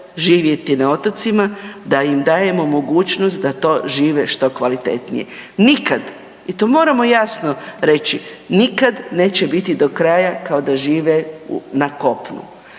živjeti na otocima da im dajemo mogućnost da to žive što kvalitetnije. Nikad i to moramo jasno reći, nikad neće biti do kraja kao da žive na kopnu.